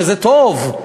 וזה טוב,